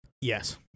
Yes